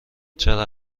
چرا